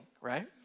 right